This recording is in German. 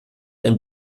ein